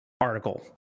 article